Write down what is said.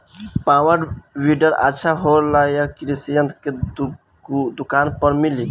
Power weeder अच्छा होला यह कृषि यंत्र के दुकान पर मिली?